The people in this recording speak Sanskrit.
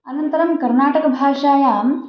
अनन्तरं कर्नाटकभाषायां